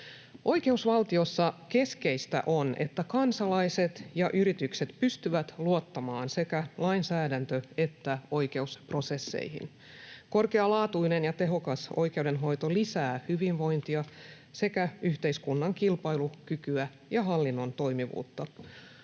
Oikeusvaltiossa keskeistä on, että kansalaiset ja yritykset pystyvät luottamaan sekä lainsäädäntö- että oikeusprosesseihin. Korkealaatuinen ja tehokas oikeudenhoito lisää hyvinvointia sekä yhteiskunnan kilpailukykyä ja hallinnon toimivuutta.